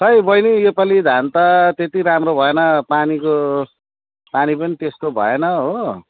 खोइ बहिनी यो पालि धान त त्यति राम्रो भएन पानीको पानी पनि त्यस्तो भएन हो